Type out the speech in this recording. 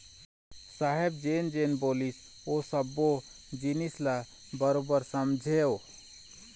साहेब जेन जेन बोलिस ओ सब्बो जिनिस ल बरोबर समझेंव